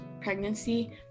pregnancy